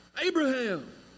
Abraham